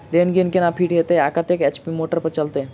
Rain gun केना fit हेतइ आ कतेक एच.पी मोटर पर चलतै?